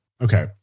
okay